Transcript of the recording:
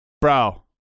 Bro